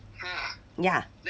ya